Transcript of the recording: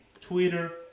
Twitter